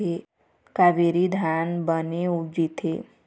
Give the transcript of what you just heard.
कावेरी धान बने उपजथे?